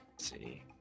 see